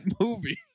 movie